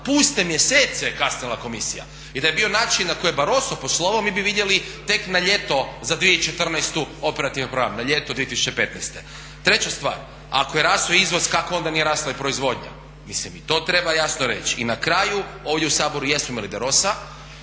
puste mjesece je kasnila Komisija. I da je bio način na koji je Barosso poslovao mi bi vidjeli tek na ljeto za 2014. operativni program, na ljeto 2015. Treća stvar. Ako je rastao izvoz kako onda nije rasla i proizvodnja, mislim i to treba jasno reći. I na kraju, ovdje u Saboru jesmo imali Derosa.